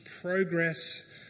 progress